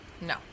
No